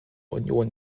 union